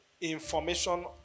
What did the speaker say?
information